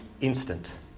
instant